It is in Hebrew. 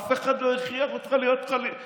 אף אחד לא הכריח אותך להיות רזרבי.